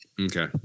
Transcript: Okay